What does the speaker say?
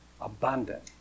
abundant